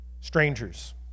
strangers